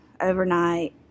overnight